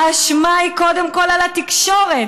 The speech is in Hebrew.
"האשמה היא קודם כול על התקשורת,